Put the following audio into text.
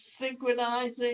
Synchronizing